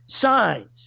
Signs